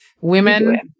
Women